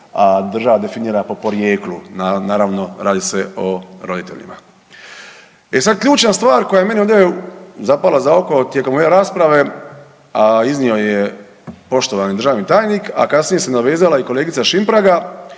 a država definira po porijeklu, naravno radi se o roditeljima. E sad ključna stvar koja je meni ovdje zapala za oko tijekom ove rasprave, a iznio je poštovani državni tajnik, a kasnije se nadovezala i kolegica Šimpraga